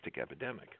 epidemic